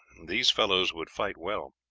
these fellows would fight well.